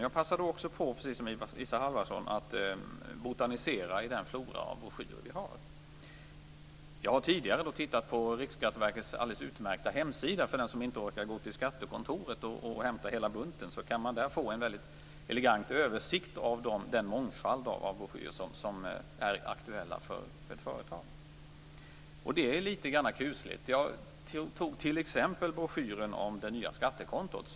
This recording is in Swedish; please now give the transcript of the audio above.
Jag passade då också på, precis som Isa Halvarsson, att botanisera i den flora av broschyrer vi har. Jag har tidigare tittat på Riksskatteverkets alldeles utmärkta hemsida. Den som inte orkar gå till skattekontoret och hämta hela bunten kan där få en väldigt elegant översikt av den mångfald av broschyrer som är aktuell för ett företag. Det är litet kusligt. Jag tog t.ex. broschyren om det nya skattekontot.